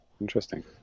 Interesting